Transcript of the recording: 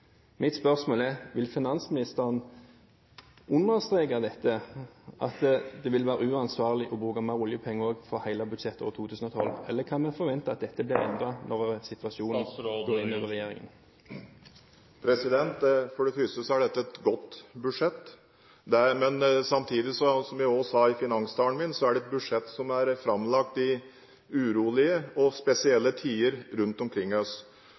Mitt spørsmål er: Vil finansministeren understreke at det vil være uansvarlig å bruke mer oljepenger også for hele budsjettåret 2012, eller kan vi forvente at dette blir endret når situasjonen … For det første er dette et godt budsjett, men samtidig, som jeg også sa i finanstalen min, er det et budsjett som er framlagt i urolige og spesielle tider for mange rundt oss.